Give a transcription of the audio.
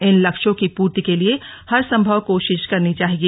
इन लक्ष्यों की पूर्ति के लिए हर सम्भव कोशिश करनी चाहिए